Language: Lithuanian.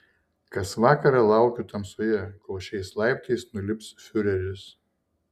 kas vakarą laukiu tamsoje kol šiais laiptais nulips fiureris